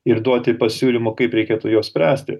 ir duoti pasiūlymų kaip reikėtų juos spręsti